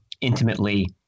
intimately